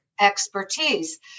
expertise